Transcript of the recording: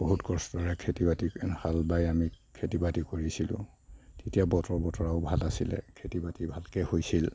বহুত কষ্টৰে খেতি বাতি হাল বাই আমি খেতি বাতি কৰিছিলোঁ তেতিয়া বতৰৰ বতৰাও ভাল আছিলে খেতি বাতি ভালকৈ হৈছিল